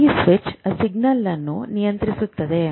ಆ switch signalling ಅನ್ನು ನಿಯಂತ್ರಿಸುತ್ತದೆ